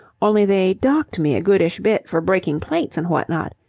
only they docked me a goodish bit for breaking plates and what not.